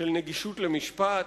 נגישות למשפט,